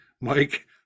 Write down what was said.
Mike